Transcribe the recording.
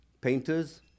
painters